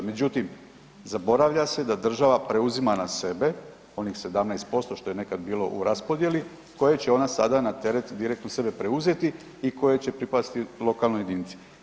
Međutim zaboravlja se da država preuzima na sebe onih 17% što je nekada bilo u raspodjeli koja će ona sada na teret direkt na sebe preuzeti i koje će pripasti lokalnoj jedinici.